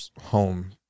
home